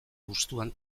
hustuan